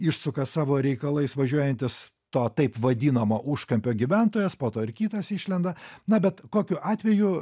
išsuka savo reikalais važiuojantis to taip vadinamo užkampio gyventojas po to ir kitas išlenda na bet kokiu atveju